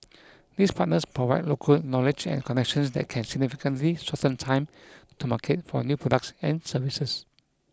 these partners provide local knowledge and connections that can significantly shorten time to market for new products and services